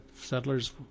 settlers